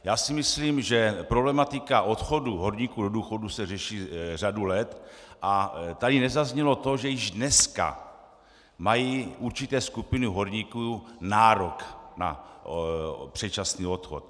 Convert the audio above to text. Já si myslím, že problematika odchodů horníků do důchodu se řeší řadu let a tady nezaznělo to, že již dneska mají určité skupiny horníků nárok na předčasný odchod.